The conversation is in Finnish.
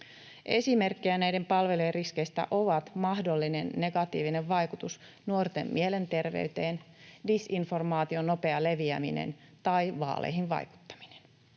Esimerkkejä näiden palvelujen riskeistä ovat mahdollinen negatiivinen vaikutus nuorten mielenterveyteen, disinformaation nopea leviäminen tai vaaleihin vaikuttaminen.